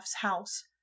house